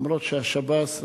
אף-על-פי שהשב"ס,